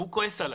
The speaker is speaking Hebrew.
והוא כועס עליי,